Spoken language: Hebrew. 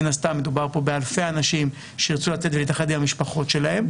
מן הסתם מדובר פה באלפי אנשים שירצו לצאת ולהתאחד עם המשפחות שלהם,